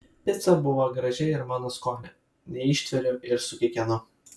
pica buvo graži ir mano skonio neištveriu ir sukikenu